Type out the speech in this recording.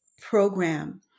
program